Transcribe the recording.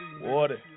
Water